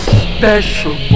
special